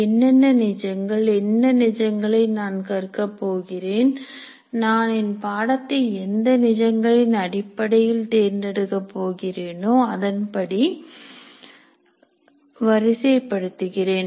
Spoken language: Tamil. என்னென்ன நிஜங்கள் என்ன நிஜங்களை நான் கற்க போகிறேன் நான் என் பாடத்தை எந்த நிஜங்களின் அடிப்படையில் தேர்ந்தெடுக்க போகிறேனோ அதன்படி வரிசை படுத்துகிறேன்